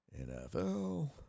NFL